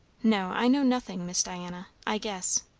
no. i know nothing, miss diana. i guess.